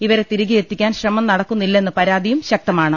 ഇവരെ തിരികെയെത്തിക്കാൻ ശ്രമം നടക്കുന്നില്ലെന്ന പരാതിയും ശക്തമാണ്